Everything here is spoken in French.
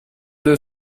deux